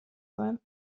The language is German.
sein